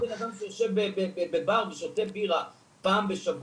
הבעיה זה לא האדם שיושב ושותה בירה בבר פעם בשבוע.